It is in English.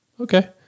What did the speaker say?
okay